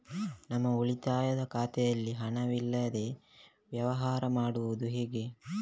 ನಮ್ಮ ಉಳಿತಾಯ ಖಾತೆಯಲ್ಲಿ ಹಣವಿಲ್ಲದೇ ವ್ಯವಹಾರ ಮಾಡುವುದು ಹೇಗೆ?